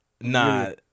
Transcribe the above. Nah